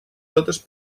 totes